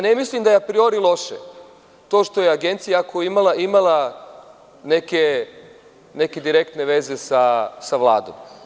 Ne mislim da je apriori loše to što je Agencija, ako je imala, imala neke direktne veze sa Vladom.